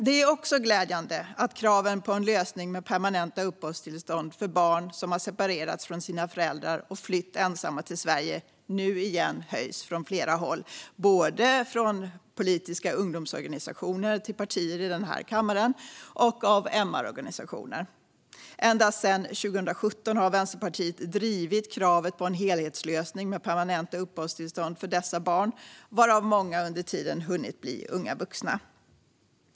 Det är också glädjande att kraven på en lösning med permanenta uppehållstillstånd för barn som har separerats från sina föräldrar och flytt ensamma till Sverige nu igen ställs från flera håll, från politiska ungdomsorganisationer, från partier i denna kammare och från MR-organisationer. Ända sedan 2017 har Vänsterpartiet drivit kravet på en helhetslösning med permanenta uppehållstillstånd för dessa barn, varav många under tiden hunnit bli unga vuxna.